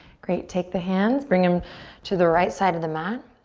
great, take the hands bring em to the right side of the mat.